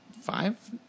Five